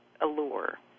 allure